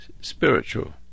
spiritual